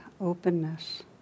openness